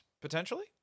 potentially